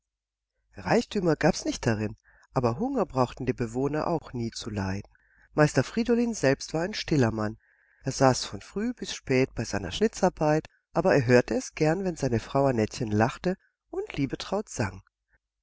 reichtümer gab's nicht darin aber hunger brauchten die bewohner auch nie zu leiden meister friedolin selbst war ein stiller mann er saß von früh bis spät bei seiner schnitzarbeit aber er hörte es gern wenn seine frau annettchen lachte und liebetraut sang